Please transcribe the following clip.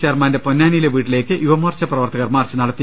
ചെയർമാന്റെ പൊന്നാനിയിലെ വീട്ടിലേക്ക് യുവമോർച്ച പ്രവർത്തകർ മാർച്ച് നടത്തി